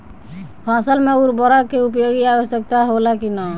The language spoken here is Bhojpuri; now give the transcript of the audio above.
फसल में उर्वरक के उपयोग आवश्यक होला कि न?